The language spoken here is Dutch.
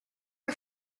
een